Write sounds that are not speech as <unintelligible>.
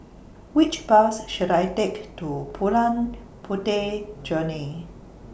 Which Bus should I Take to <unintelligible> Puteh Jerneh